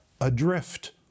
adrift